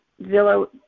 Zillow